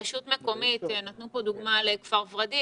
רשות מקומית נתנו כאן כדוגמה את כפר ורדים